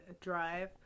drive